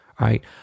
right